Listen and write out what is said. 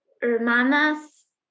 hermanas